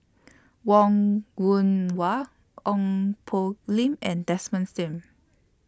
Wong Wah Ong Poh Lim and Desmond SIM